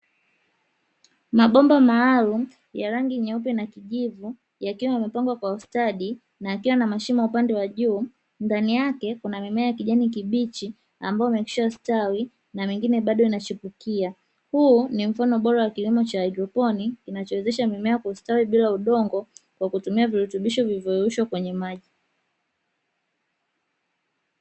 Mabomba maalum ya rangi nyeupe na kijivu yakiwa yamepangwa kwa ustadi na yakiwa na mashimo upande wa juu ndani yake kuna mimea ya kijani kibichi ambayo yashaaanza kustawi na mingine inachipukia. huu ni mfano bora wa kilimo cha hydroponi unaowezesha mimea kukua bila udongo kwa kutumia virutubisho vilivyoyeyushwa kwenye maji.